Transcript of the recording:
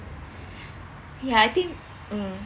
ya I think mm